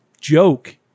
joke